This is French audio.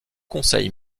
conseil